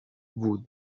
with